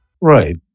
Right